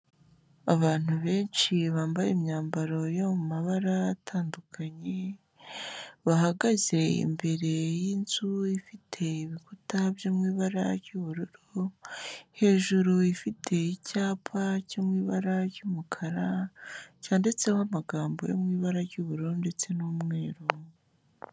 Abantu benshi bambaye imyambaro yo mu mabara atandukanye, bahagaze imbere y'inzu ifite ibikuta byo mu ibara ry'ubururu, hejuru ifite icyapa cyo mu ibara ry'umukara, cyanditseho amagambo yo mu ibara ry'ubururu ndetse n'umweru.